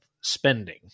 spending